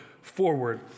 Forward